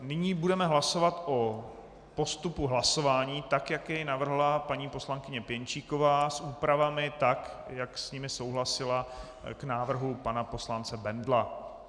Nyní budeme hlasovat o postupu hlasování, jak jej navrhla paní poslankyně Pěnčíková, s úpravami, tak jak s nimi souhlasila k návrhu pana poslance Bendla.